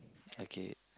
okay